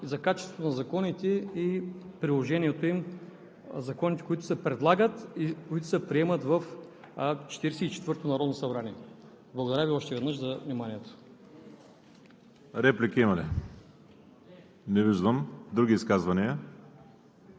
Това може би дава обяснение за качеството на законите и приложението им, законите, които се предлагат и се приемат в 44-тото народно събрание. Благодаря Ви още веднъж за вниманието.